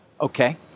Okay